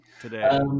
today